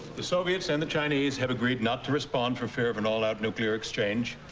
the soviets and the chinese have agreed not to respond fofear of an all-out nuclear exchange.